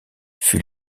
fut